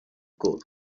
good